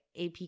ap